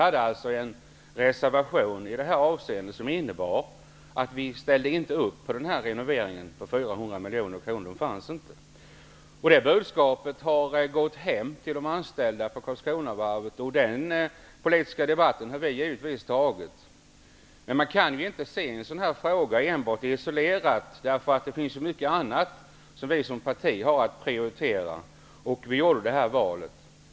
Vi avgav en reservation i detta avseende som innebar att vi inte ställde oss bakom renoveringen för 400 miljoner kronor. Det fanns inga resurser. Det budskapet har gått hem hos de anställda på Karlskronavarvet. Den politiska debatten har vi givetvis tagit. Men man kan inte se en sådan fråga isolerat. Det finns mycket annat som vi som parti har att prioritera. Vi gjorde det valet.